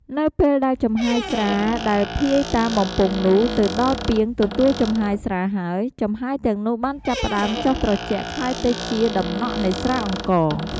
នៅពេលដែលចំហាយស្រាដែលភាយតាមបំពង់នោះទៅដល់ពាងទទួលចំហាយស្រាហើយ ចំហាយទាំងនោះបានចាប់ផ្ដើមចុះត្រជាក់ក្លាយទៅជាដំណក់នៃស្រាអង្ករ។